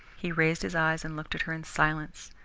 he raised his eyes and looked at her in silence,